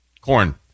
Corn